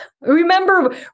Remember